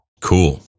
Cool